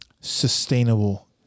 sustainable